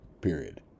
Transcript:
period